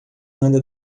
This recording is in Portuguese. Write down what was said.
anda